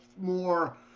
more